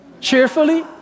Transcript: cheerfully